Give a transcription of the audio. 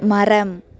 மரம்